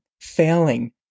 failing